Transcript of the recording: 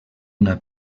una